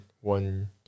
one